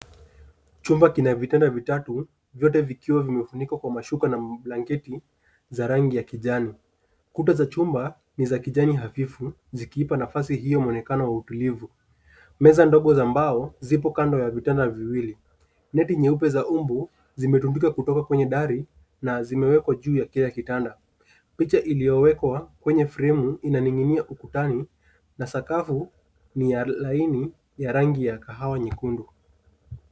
Chumba kina vitanda vitatu, vyote vikiwa vimefunikwa kwa mashuka na mablanketi ya rangi ya kijani. Kuta za chumba zina rangi ya kijani hafifu, zikipa nafasi hiyo mwonekano wa utulivu. Meza ndogo za mbao zimewekwa kando ya vitanda viwili, na neti nyeupe za mbu zimening’inizwa juu